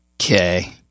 Okay